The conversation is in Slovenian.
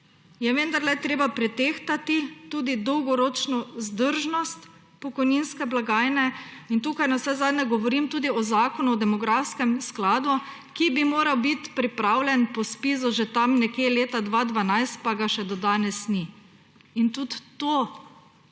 je vendarle treba pretehtati tudi dolgoročno vzdržnost pokojninske blagajne. Tukaj navsezadnje govorim tudi o zakonu o demografskem skladu, ki bi moral biti pripravljen po ZPIZ-u že okoli leta 2012, pa ga še do danes ni; in tudi to